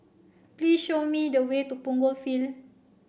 please show me the way to Punggol Field